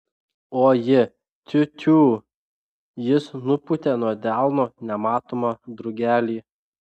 o ji tiu tiū jis nupūtė nuo delno nematomą drugelį